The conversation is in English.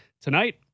tonight